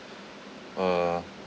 uh